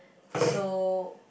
so